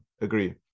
agree